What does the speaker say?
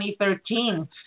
2013